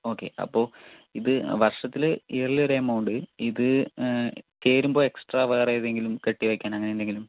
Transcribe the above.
okay അപ്പോൾ ഇത് വർഷത്തില് ഇയർലീടെ എമൗണ്ട് ഇത് ചേരുമ്പോൾ എക്സ്ട്രാ വേറെ ഏതേങ്കിലും കെട്ടിവെക്കണോ അങ്ങനെന്തെങ്കിലും